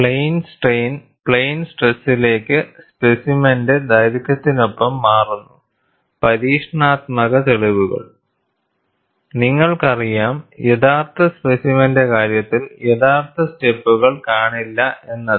plain strain plane സ്ട്രെസ്സിലേക്ക് സ്പെസിമെന്റെ ദൈർഘ്യത്തിനൊപ്പം മാറുന്നു പരീക്ഷണാത്മക തെളിവുകൾ നിങ്ങൾക്കറിയാം യഥാർത്ഥ സ്പെസിമെന്റെ കാര്യത്തിൽ യഥാർത്ഥ സ്റ്റെപ്പുകൾ കാണില്ല എന്നത്